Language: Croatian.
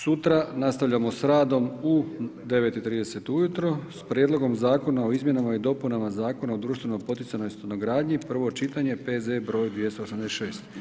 Sutra nastavljamo sa radom u 9,30 ujutro sa Prijedlogom zakona o Izmjenama i dopunama Zakona o društveno poticajnoj stanogradnji, prvo čitanje, P.Z. br. 286.